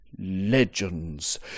legends